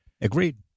Agreed